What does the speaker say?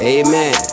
Amen